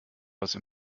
etwas